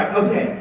okay,